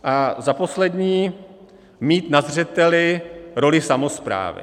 A za poslední mít na zřeteli roli samosprávy.